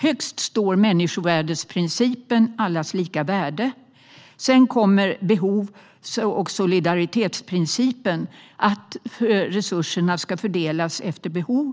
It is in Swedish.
Högst står människovärdesprincipen om allas lika värde. Sedan kommer behovs och solidaritetsprincipen: att resurserna ska fördelas efter behov.